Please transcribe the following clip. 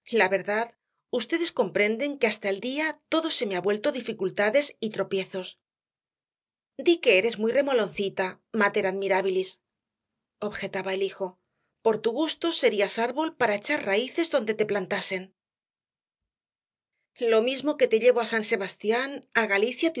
la verdad ustedes comprenden que hasta el día todo se me ha vuelto dificultades y tropiezos di que eres muy remoloncita mater admirabilis objetaba el hijo por tu gusto serías árbol para echar raíces donde te plantasen lo mismo que te llevo á san sebastián á galicia